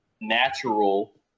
natural